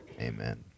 amen